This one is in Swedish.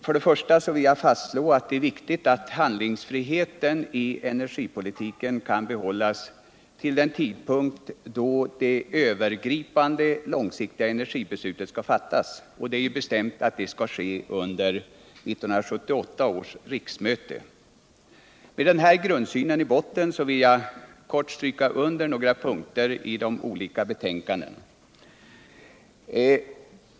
Först av allt vill jag fastslå aut det är viktigt att handlingsfriheten i energipolitiken kan bibehållas till den tidpunkt då det övergripande långsiktiga energibeslutet skall fattas — det är ju bestämt att det skall ske under 1978 års riksmöte. Med den här grundsynen vill jag kort stryka under några punkter i de olika betänkandena.